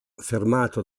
fermato